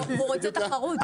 הוא רוצה תחרות.